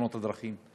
בתאונות הדרכים.